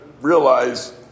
realize